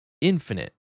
infinite